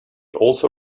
also